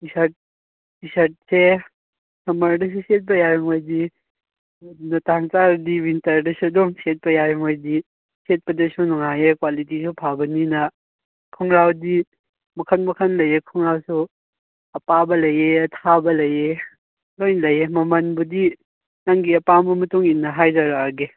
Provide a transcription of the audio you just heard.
T ꯁꯥꯔꯠꯁꯦ ꯁꯝꯃꯔꯗꯁꯨ ꯁꯦꯠꯄ ꯌꯥꯏ ꯃꯣꯏꯗꯤ ꯇꯥꯟ ꯆꯥꯔꯗꯤ ꯋꯤꯟꯇꯔꯗꯁꯨ ꯑꯗꯨꯝ ꯁꯦꯠꯄ ꯌꯥꯏ ꯃꯣꯏꯗꯤ ꯁꯦꯠꯄꯗꯁꯨ ꯅꯨꯡꯉꯥꯏꯌꯦ ꯀ꯭ꯋꯥꯂꯤꯇꯤꯁꯨ ꯐꯕꯅꯤꯅ ꯈꯣꯡꯒ꯭ꯔꯥꯎꯗꯤ ꯃꯈꯟ ꯃꯈꯟ ꯂꯩꯌꯦ ꯈꯣꯡꯒ꯭ꯔꯥꯎꯁꯨ ꯑꯄꯥꯕ ꯂꯩꯌꯦ ꯑꯊꯥꯕ ꯂꯩꯌꯦ ꯂꯣꯏ ꯂꯩꯌꯦ ꯃꯃꯟꯕꯨꯗꯤ ꯅꯪꯒꯤ ꯑꯄꯥꯝꯕ ꯃꯇꯨꯡꯏꯟꯅ ꯍꯥꯏꯖꯔꯛꯑꯒꯦ